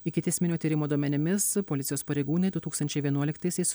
ikiteisminio tyrimo duomenimis policijos pareigūnai du tūkstančiai vienuoliktaisiais